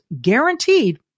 guaranteed